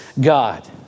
God